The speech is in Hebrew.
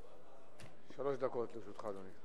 שלוש דקות לרשותך, אדוני.